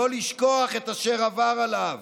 לא לשכוח את אשר עבר עליו,